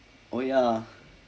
oh ya